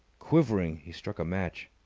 quivering, he struck a match.